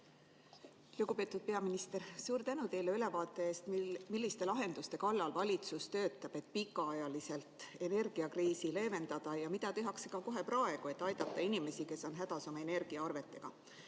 Lugupeetud peaminister! Suur tänu teile ülevaate eest, milliste lahenduste kallal valitsus töötab, et pikaajaliselt energiakriisi leevendada, ja mida tehakse ka kohe praegu, et aidata inimesi, kes on hädas oma energiaarvetega.